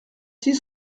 six